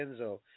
Enzo